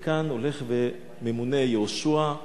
מכאן, הולך וממונה יהושע.